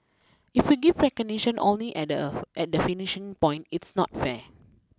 if we give recognition only at at the finishing point it's not fair